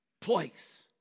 place